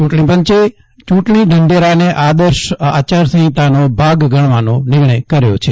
ચૂંટણી પંચે ચૂંટણી ઢંઢેરાને આદર્શ આચાર સંહિતાનો ભાગ ગણવાનો નિર્ણય કર્યો છે